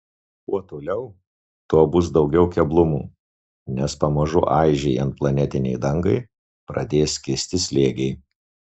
kuo toliau tuo bus daugiau keblumų nes pamažu aižėjant planetinei dangai pradės kisti slėgiai